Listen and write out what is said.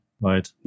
right